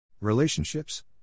Relationships